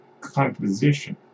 composition